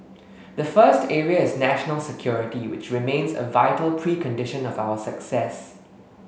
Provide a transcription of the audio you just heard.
the first area is national security which remains a vital precondition of our success